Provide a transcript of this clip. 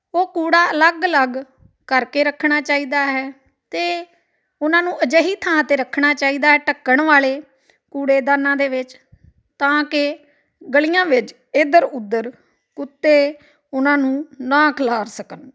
ਉਹ ਕੂੜਾ ਅਲੱਗ ਅਲੱਗ ਕਰਕੇ ਰੱਖਣਾ ਚਾਹੀਦਾ ਹੈ ਅਤੇ ਉਹਨਾਂ ਨੂੰ ਅਜਿਹੀ ਥਾਂ 'ਤੇ ਰੱਖਣਾ ਚਾਹੀਦਾ ਢੱਕਣ ਵਾਲੇ ਕੂੜੇਦਾਨਾਂ ਦੇ ਵਿੱਚ ਤਾਂ ਕਿ ਗਲੀਆਂ ਵਿੱਚ ਇੱਧਰ ਉੱਧਰ ਕੁੱਤੇ ਉਹਨਾਂ ਨੂੰ ਨਾ ਖਿਲਾਰ ਸਕਣ